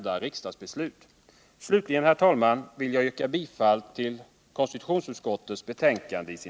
diskriminering av